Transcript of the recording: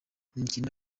imikino